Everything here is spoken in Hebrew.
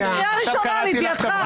אני בקריאה ראשונה, לידיעתך.